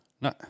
No